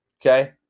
okay